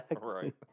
Right